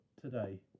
today